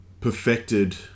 perfected